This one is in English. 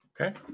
Okay